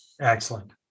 Excellent